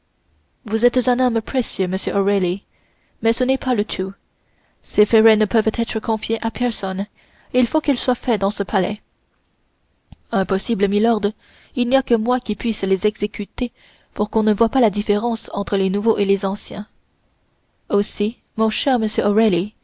vous êtes un homme précieux monsieur o'reilly mais ce n'est pas le tout ces ferrets ne peuvent être confiés à personne il faut qu'ils soient faits dans ce palais impossible milord il n'y a que moi qui puisse les exécuter pour qu'on ne voie pas la différence entre les nouveaux et les anciens aussi mon cher monsieur